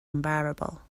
unbearable